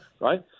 Right